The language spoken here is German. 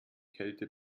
kälte